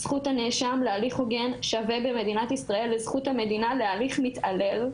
זכות הנאשם להליך הוגן שווה במדינת ישראל לזכות המדינה להליך מתעלל.